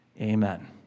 Amen